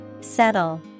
Settle